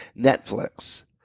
Netflix